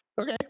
Okay